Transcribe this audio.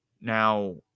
Now